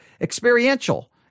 experiential